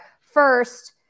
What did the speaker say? first